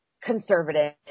conservative